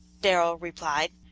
darrell replied,